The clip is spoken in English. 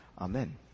Amen